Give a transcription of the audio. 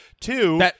Two –